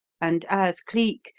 and as cleek,